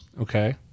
Okay